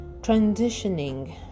transitioning